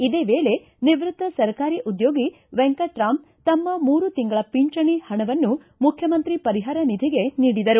ಇದೇ ವೇಳೆ ನಿವೃತ್ತ ಸರ್ಕಾರಿ ಉದ್ಯೋಗಿ ವೆಂಕಟರಾಮ್ ತಮ್ಮ ಮೂರು ತಿಂಗಳ ಪಿಂಚಣಿ ಹಣವನ್ನು ಮುಖ್ಯಮಂತ್ರಿ ಪರಿಹಾರ ನಿಧಿಗೆ ನೀಡಿದರು